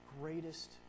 greatest